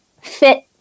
fit